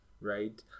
right